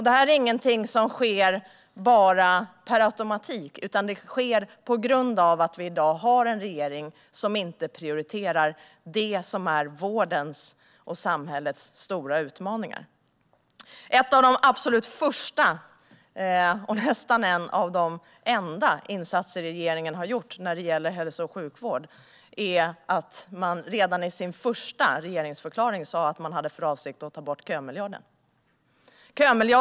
Detta är inget som sker per automatik, utan det sker på grund av att vi i dag har en regering som inte prioriterar det som är vårdens och samhällets stora utmaningar. En av regeringens allra första insatser - och nästan den enda - när det gäller hälso och sjukvård var att man redan i sin första regeringsförklaring sa att man hade för avsikt att ta bort kömiljarden.